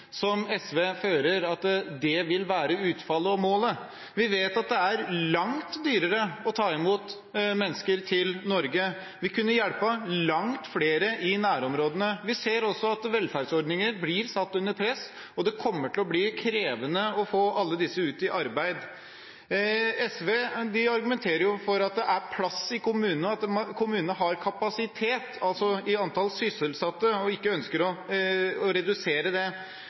SV fører, at det vil være utfallet og målet. Vi vet at det er dyrt å ta imot mennesker til Norge. Vi kunne hjulpet langt flere i nærområdene. Vi ser også at velferdsordninger blir satt under press, og det kommer til å bli krevende å få alle de som kommer hit, ut i arbeid. SV argumenterer for at det er plass i kommunene, at kommunene har kapasitet, altså i antall sysselsatte, og ikke ønsker å redusere det.